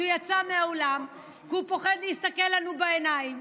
שיצא מהאולם כי הוא פוחד להסתכל לנו בעיניים,